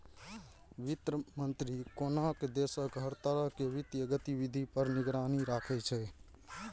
वित्त मंत्री कोनो देशक हर तरह के वित्तीय गतिविधि पर निगरानी राखै छै